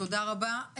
תודה רבה.